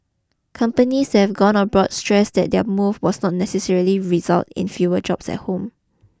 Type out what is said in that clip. companies that've gone abroad stressed that their move will not necessarily result in fewer jobs at home